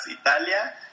Italia